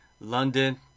London